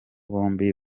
bombi